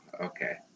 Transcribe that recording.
okay